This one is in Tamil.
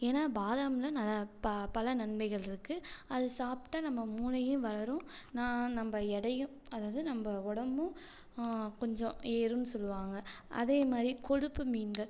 ஏன்னால் பாதாமில் ந ப பல நன்மைகள் இருக்குது அதை சாப்பிட்டா நம்ம மூளையும் வளரும் நான் நம்ம எடையும் அதாவது நம்ம உடம்பும் கொஞ்சம் ஏறுன்னு சொல்லுவாங்கள் அதே மாதிரி கொழுப்பு மீன்கள்